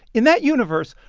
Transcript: in that universe,